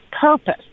purpose